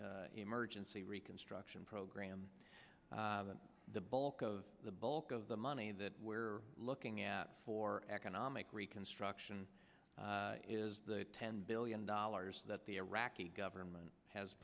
emergency reconstruction program that the bulk of the bulk of the money that we're looking at for economic reconstruction is the ten billion dollars that the iraq government has